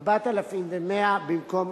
4,100 במקום